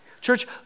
Church